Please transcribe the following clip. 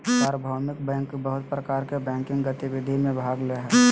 सार्वभौमिक बैंक बहुत प्रकार के बैंकिंग गतिविधि में भाग ले हइ